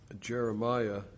Jeremiah